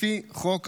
לפי חוק המקרקעין.